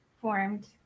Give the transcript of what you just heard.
formed